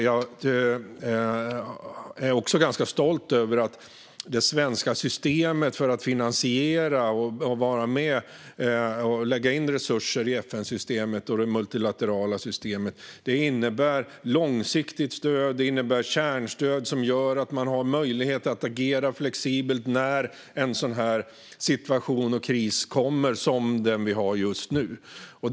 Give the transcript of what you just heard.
Jag är också ganska stolt över att det svenska systemet för att finansiera resurser till FN-systemet och det multilaterala systemet innebär långsiktigt stöd och kärnstöd som gör att man har möjlighet att agera flexibelt när en situation och kris som den vi har just nu kommer.